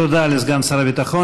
תודה לסגן שר הביטחון.